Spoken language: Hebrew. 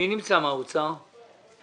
מי מהאוצר נמצא כאן?